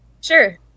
Sure